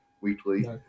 weekly